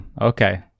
okay